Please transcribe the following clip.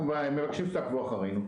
אנחנו מבקשים שתעקבו אחרינו.